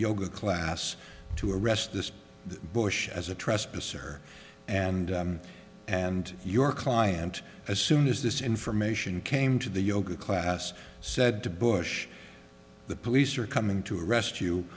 yoga class to arrest this bush as a trespass or and and your client as soon as this information came to the yoga class said to bush the police are coming to arrest you